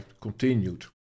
continued